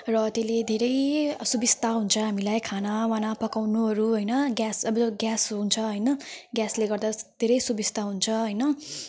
र त्यसले धेरै असुविस्ता हुन्छ हामीलाई खानावाना पकाउनुहरू हैन ग्यास अब ग्यास हुन्छ हैन ग्यासले गर्दा धेरै सुविस्ता हुन्छ हैन